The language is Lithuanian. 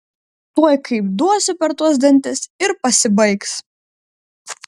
tuoj kaip duosiu per tuos dantis ir pasibaigs